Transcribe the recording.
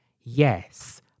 Yes